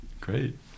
Great